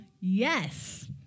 yes